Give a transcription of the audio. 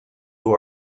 who